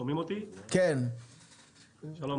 שלום,